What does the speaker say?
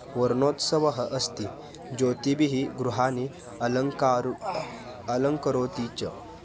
वर्णोत्सवः अस्ति ज्योतिभिः गृहाणि अलङ्कारं अलङ्करोति च